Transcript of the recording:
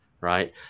right